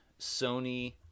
Sony